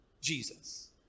Jesus